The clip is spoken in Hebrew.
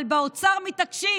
אבל באוצר מתעקשים